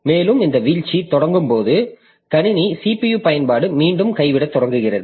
மேலும் இந்த வீழ்ச்சி தொடங்கும் போது கணினி CPU பயன்பாடு மீண்டும் கைவிடத் தொடங்குகிறது